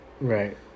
Right